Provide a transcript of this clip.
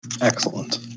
Excellent